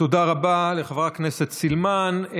תודה רבה לחברת הכנסת סילמן.